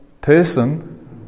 person